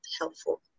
helpful